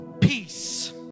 peace